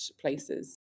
places